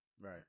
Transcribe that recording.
Right